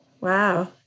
Wow